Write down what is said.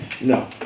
No